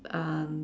um